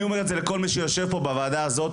אומר את זה לכל מי שיושב פה בוועדה הזאת,